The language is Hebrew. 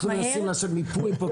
אנחנו מנסים לעשות מיפוי פה.